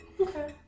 Okay